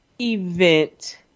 event